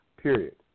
Period